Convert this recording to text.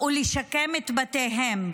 ולשקם את בתיהם,